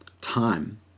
time